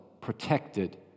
protected